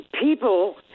people